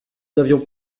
n’avions